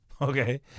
Okay